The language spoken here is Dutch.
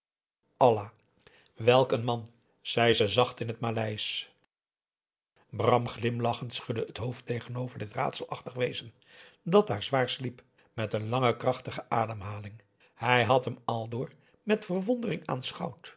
welk een man zei ze zacht in het maleisch bram glimlachend schudde het hoofd tegenover dit raadselachtig wezen dat daar zwaar sliep met een lange krachtige ademhaling hij had hem aldoor met verwondering aanschouwd